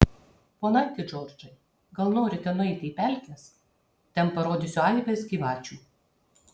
ponaiti džordžai gal norite nueiti į pelkes ten parodysiu aibes gyvačių